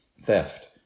theft